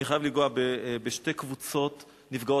אני חייב לנגוע בשתי קבוצות נפגעות.